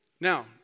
Now